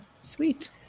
Sweet